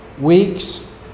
weeks